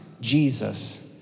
Jesus